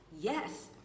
yes